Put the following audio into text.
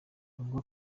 avuga